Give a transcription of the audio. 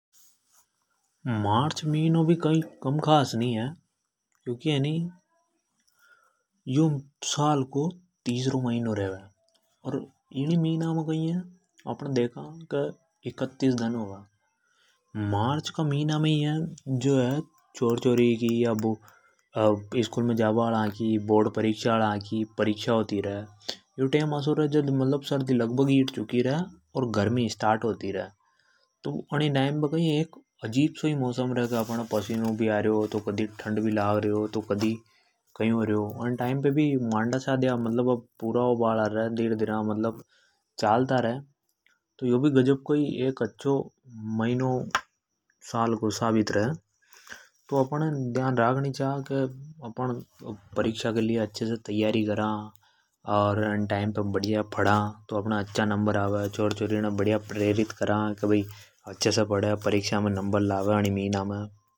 मार्च मिन्यो भी है नि कई कम खास नि है। यो जो है साल को तीसरो महीना रेवे। इमे इक तीस दन रेवे। ई मि न्या मे जो है स्कूल में जो है बोर्ड परीक्षा की परीक्षा होती रे। सर्दी भी हीठ बा हाली रे और गर्मी स्टार्ट होबा लाग जा। अजिब सो ही मौसम रे क दी पसीनो भी आरयो तो कदी ठंड भी लग री। परीक्षा के लिए अच्छे से तैयारी करे और टाइम पर बढ़िया पढ़ाई करे तो उनके अच्छा नंबर आ। बडीआ छोर छोरी ने बढ़िया प्रेरित करा।